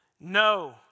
No